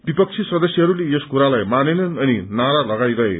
विपक्षी सदस्यहरूले यस कुरालाई मानेनन् अनि नारा लगाइरहे